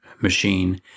machine